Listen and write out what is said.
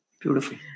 Beautiful